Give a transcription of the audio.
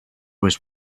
was